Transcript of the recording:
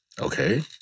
Okay